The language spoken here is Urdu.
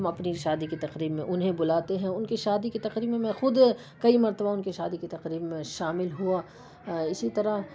ہم اپنی شادی کی تقریب میں انہیں بلاتے ہیں ان کی شادی کی تقریب میں میں خود کئی مرتبہ ان کی شادی کی تقریب میں شامل ہوا اسی طرح